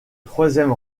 troisième